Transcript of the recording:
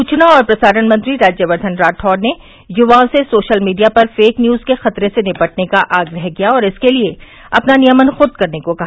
सूचना और प्रसारण मंत्री राज्यवर्धन राठौड़ ने युवाओं से सोशल मीडिया पर फेक न्यूज के खतरे से निपटने का आग्रह किया और इसके लिए अपना नियमन खुद करने को कहा